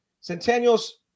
Centennial's